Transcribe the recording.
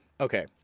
okay